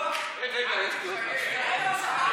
רגע, יש לי עוד משהו.